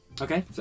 Okay